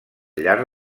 llarg